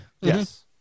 Yes